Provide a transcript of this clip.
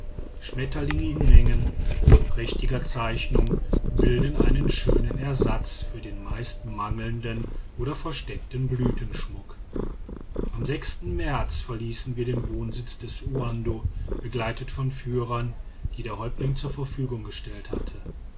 schmetterlinge in menge von prächtiger zeichnung bilden einen schönen ersatz für den meist mangelnden oder versteckten blütenschmuck am märz verließen wir den wohnsitz des uando begleitet von führern die der häuptling zur verfügung gestellt hatte